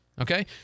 okay